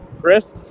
Chris